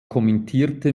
kommentierte